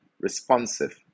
Responsive